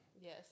Yes